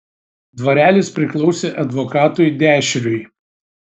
dvarelis priklausė advokatui dešriui